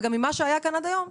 וגם על פי מה שהיה כאן עד היום,